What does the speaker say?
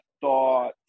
thought